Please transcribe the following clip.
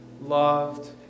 loved